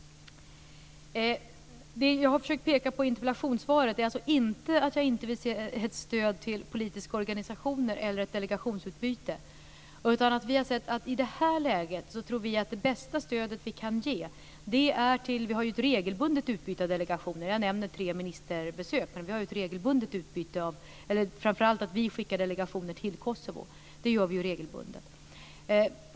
Det jag har försökt peka på i interpellationssvaret är alltså inte att jag inte vill ge ett stöd till politiska organisationer eller ett delegationsutbyte. Vi har ett regelbundet utbyte av delegationer. Jag nämner tre ministerbesök, men vi har ett regelbundet utbyte, framför allt att vi skickar delegationer till Kosovo. Det gör vi regelbundet.